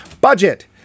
Budget